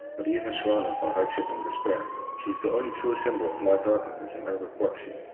but even surrounded by hardship and despair, she is the only true symbol of lightheartedness in ergo proxy,